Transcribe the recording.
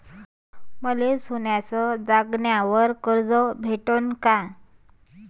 मले सोन्याच्या दागिन्यावर कर्ज भेटन का?